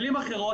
במילים אחרות,